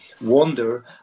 wonder